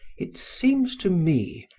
it seems to me,